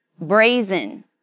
brazen